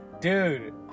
dude